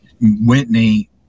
Whitney